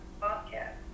bobcat